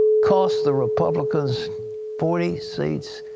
cost the republicans forty seats.